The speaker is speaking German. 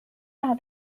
hat